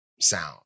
sound